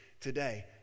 today